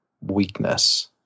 weakness